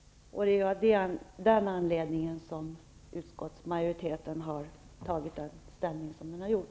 Det är av den anledningen som utskottsmajoriteten har tagit ställning på det sätt som den har gjort.